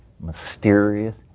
mysterious